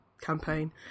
campaign